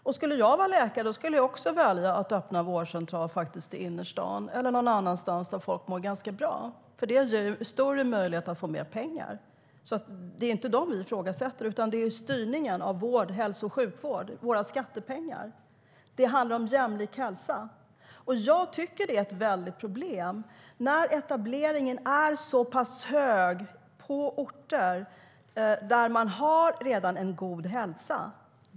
Vore jag läkare skulle jag också välja att öppna vårdcentral i innerstaden eller någon annanstans där folk mår ganska bra. Då har man större möjlighet att tjäna pengar. Det är inte vårdaktörerna vi ifrågasätter, utan styrningen av hälso och sjukvården. Det handlar om våra skattepengar. Det handlar om jämlik hälsa. Jag tycker att det är ett stort problem när etableringen är så pass hög på orter där man redan har en god hälsa.